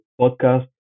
podcast